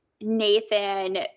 Nathan